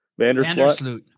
Vandersloot